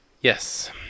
Yes